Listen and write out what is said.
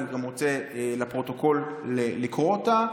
אני גם רוצה, לפרוטוקול, לקרוא אותה.